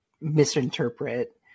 misinterpret